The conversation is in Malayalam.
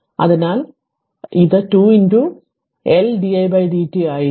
അതിനാൽ ഇത് 2 നിങ്ങളുടെ L di dt ആയിരിക്കും